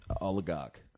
oligarch